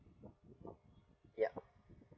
ya